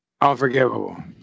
Unforgivable